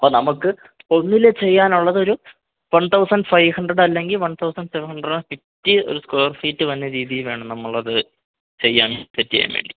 അപ്പോൾ നമുക്ക് ഒന്നൂലേ ചെയ്യാനുള്ളതൊരു വൺ തൗസൻഡ് ഫൈവ് ഹൺഡ്രഡ് അല്ലെങ്കിൽ one thousand seven hundred and fifty square feet വരുന്ന രീതിയിലാണ് നമ്മളത് ചെയ്യാൻ സെറ്റ് ചെയ്യാൻ വേണ്ടി